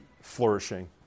flourishing